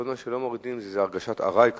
כל זמן שלא מורידים זו הרגשת ארעי כזאת,